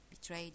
betrayed